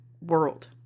World